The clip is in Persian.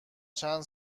چند